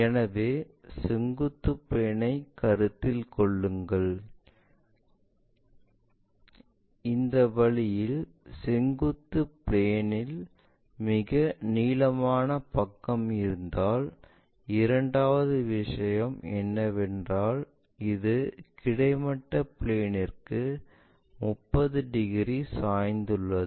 எனவே செங்குத்து பிளேன் ஐ கருத்தில் கொள்ளுங்கள் இந்த வழியில் செங்குத்து பிளேன் இல் மிக நீளமான பக்கம் இருந்தால் இரண்டாவது விஷயம் என்னவென்றால் இது கிடைமட்ட பிளேன்ற்கு 30 டிகிரி சாய்ந்துள்ளது